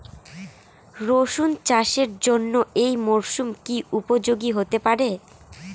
রসুন চাষের জন্য এই মরসুম কি উপযোগী হতে পারে?